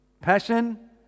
Passion